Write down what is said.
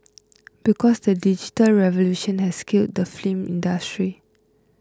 because the digital revolution has killed the film industry